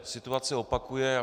Situace se opakuje.